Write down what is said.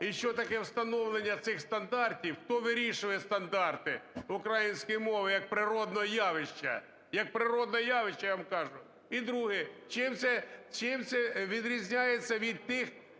і що таке встановлення цих стандартів? Хто вирішує стандарти української мови як природного явища, як природне явище, я вам кажу? І друге – чим це, чим це відрізняється від тих